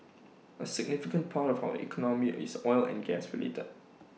A significant part of our economy is oil and gas related